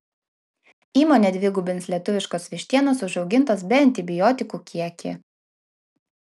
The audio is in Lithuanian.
įmonė dvigubins lietuviškos vištienos užaugintos be antibiotikų kiekį